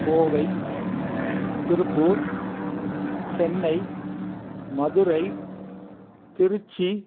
Kovai Tiruppur Chennai Madurai Trichy